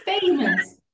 famous